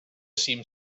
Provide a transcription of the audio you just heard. seemed